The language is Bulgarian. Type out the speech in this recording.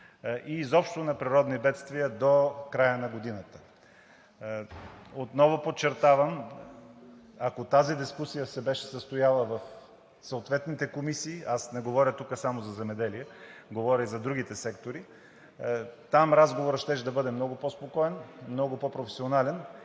и изобщо на природни бедствия до края на годината. Отново подчертавам, ако тази дискусия се беше състояла в съответните комисии – аз не говоря тука само за „Земеделие“, говоря и за другите сектори, там разговорът щеше да бъде много по-спокоен и много по-професионален.